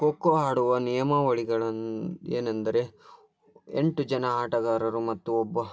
ಖೊ ಖೋ ಆಡುವ ನಿಯಮಾವಳಿಗಳನ್ನು ಏನೆಂದರೆ ಎಂಟು ಜನ ಆಟಗಾರರು ಮತ್ತು ಒಬ್ಬ